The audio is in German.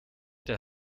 der